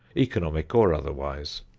economic or otherwise.